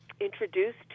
introduced